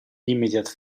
immediate